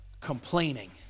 complaining